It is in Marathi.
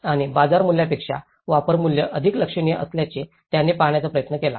आणि बाजार मूल्यापेक्षा वापर मूल्य अधिक लक्षणीय असल्याचे त्याने पाहण्याचा प्रयत्न केला